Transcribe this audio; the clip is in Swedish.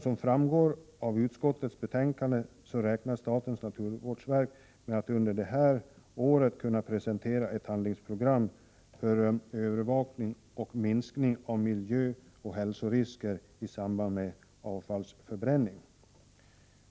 Som framgår av utskottets betänkande räknar statens naturvårdsverk med att under det här året kunna presentera ett handlingsprogram för övervakning och minskning av miljöoch hälsorisker i samband med avfallsförbränning.